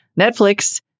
Netflix